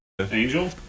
Angel